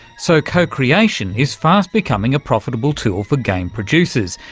so co-creation is fast becoming a profitable tool for game producers.